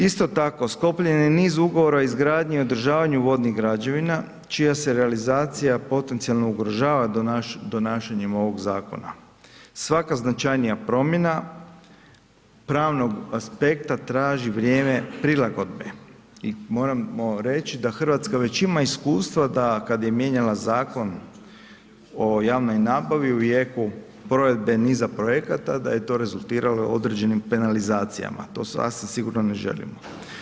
Isto tako sklopljen je niz ugovora o izgradnji i održavanju vodnih građevina čija se realizacija potencijalno ugrožava donašanjem ovog Zakona, svaka značajnija promjena pravnog aspekta traži vrijeme prilagodbe i moramo reći da Hrvatska već ima iskustva da kada je mijenjala Zakon o javnoj nabavi u jeku provedbe niza projekata da je to rezultiralo određenim penalizacijama, a to sasvim sigurno ne želimo.